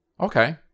okay